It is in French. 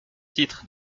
titres